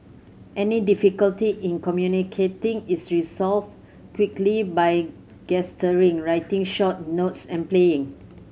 any difficulty in communicating is resolved quickly by gesturing writing short notes and playing